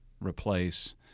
replace